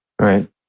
Right